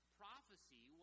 prophecy